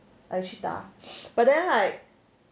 a cheetah but then like